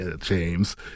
James